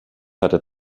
hatte